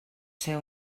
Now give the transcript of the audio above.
ser